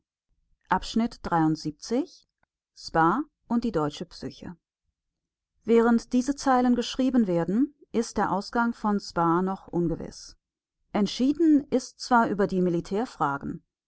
volks-zeitung spa und die deutsche psyche während diese zeilen geschrieben werden ist der ausgang von spa noch ungewiß entschieden ist zwar über die